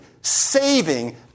saving